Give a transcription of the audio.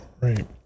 right